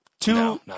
Two